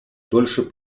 дольше